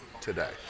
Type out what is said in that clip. today